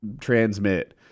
transmit